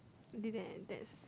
did that and that's